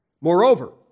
Moreover